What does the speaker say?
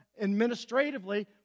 administratively